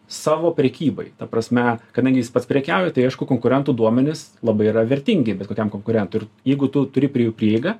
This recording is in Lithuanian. savo prekybai ta prasme kadangi jis pats prekiauja tai aišku konkurentų duomenys labai yra vertingi bet kokiam konkurentui ir jeigu tu turi prie jų prieigą